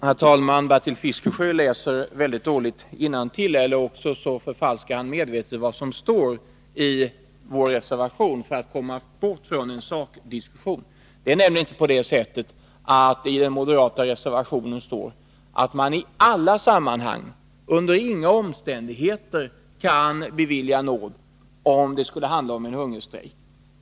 Herr talman! Bertil Fiskesjö läser mycket dåligt innantill, eller också förfalskar han medvetet vad som står i vår reservation för att komma bort från en sakdiskussion. I den moderata reservationen står det nämligen inte att man i alla sammanhang och under alla omständigheter skall låta bli att bevilja nåd om det handlar om en hungerstrejk.